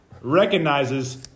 Recognizes